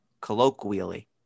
Colloquially